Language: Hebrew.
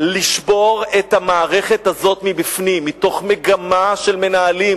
יש דרך לשבור את המערכת הזאת מבפנים מתוך מגמה של מנהלים,